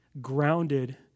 grounded